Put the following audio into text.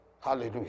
Hallelujah